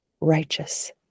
righteous